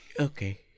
Okay